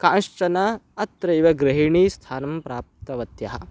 काशचन अत्रैव गृहिणीस्थानं प्राप्तवत्यः